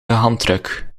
handdruk